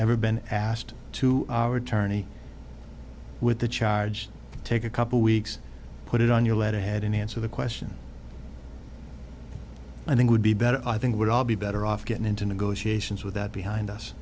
ever been asked to our attorney with the charge take a couple weeks put it on your letterhead an answer the question i think would be better i think would all be better off getting into negotiations with that behind us